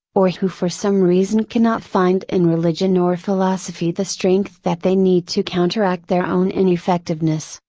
or who for some reason cannot find in religion or philosophy the strength that they need to counteract their own ineffectiveness,